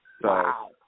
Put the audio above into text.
Wow